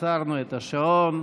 עצרנו את השעון.